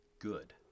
good